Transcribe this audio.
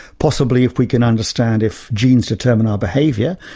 possibly if we can understand if genes determine our behaviour,